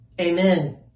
amen